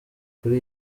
kuri